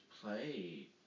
play